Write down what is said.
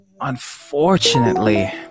unfortunately